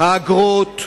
האגרות,